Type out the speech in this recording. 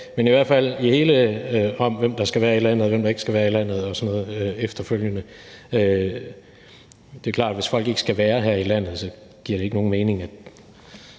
Men i forhold til hvem der skal være i landet og hvem der ikke skal være i landet og sådan noget efterfølgende, er det klart, at hvis folk ikke skal være her i landet, giver det ikke nogen mening.